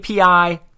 API